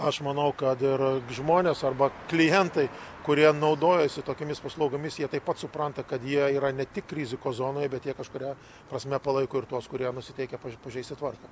aš manau kad ir žmonės arba klientai kurie naudojasi tokiomis paslaugomis jie taip pat supranta kad jie yra ne tik rizikos zonoj bet jie kažkuria prasme palaiko ir tuos kurie nusiteikę pažeisti tvarką